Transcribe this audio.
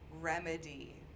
remedy